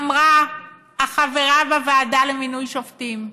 אמרה החברה בוועדה למינוי שופטים.